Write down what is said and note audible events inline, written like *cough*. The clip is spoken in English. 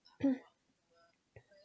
*coughs*